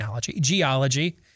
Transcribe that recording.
geology